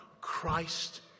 christ